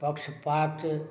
पक्षपात